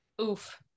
Oof